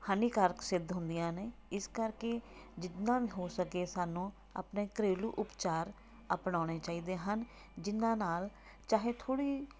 ਹਾਨੀਕਾਰਕ ਸਿੱਧ ਹੁੰਦੀਆਂ ਨੇ ਇਸ ਕਰਕੇ ਜਿੰਨਾ ਵੀ ਹੋ ਸਕੇ ਸਾਨੂੰ ਆਪਣੇ ਘਰੇਲੂ ਉਪਚਾਰ ਅਪਣਾਉਣੇ ਚਾਹੀਦੇ ਹਨ ਜਿਨ੍ਹਾਂ ਨਾਲ਼ ਚਾਹੇ ਥੋੜ੍ਹੀ